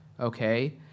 okay